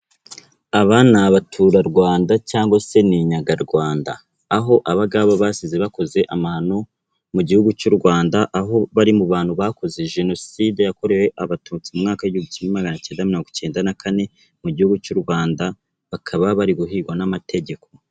Aba ni abatura Rwanda cyangwa se ni inyanga Rwanda, aho abangabo basize bakoze amahano mu gihugu cy'u Rwanda, aho bari mu bantu bakoze jenoside yakorewe Abatutsi mu mwaka w'Igihumbi Magana Cyenda Mirongo Icyenda na Kane mu gihugu cy'u Rwanda bakaba bari guhigwa n'amategeko.